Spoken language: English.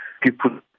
people